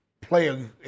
play